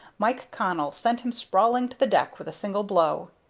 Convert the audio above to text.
mike connell sent him sprawling to the deck with a single blow.